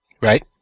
Right